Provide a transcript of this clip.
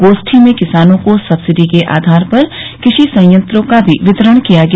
गोष्ठी में किसानों को सब्सिडी के आधार पर कृषि सयत्रों का भी वितरण किया गया